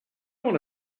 wanta